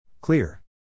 Clear